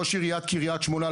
ראש עיריית קריית שמונה,